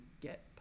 get